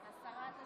השרה תשיב.